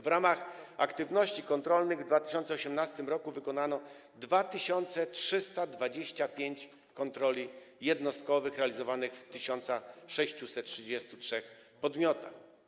W ramach aktywności kontrolnych w 2018 r. wykonano 2325 kontroli jednostkowych realizowanych w 1633 podmiotach.